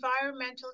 environmental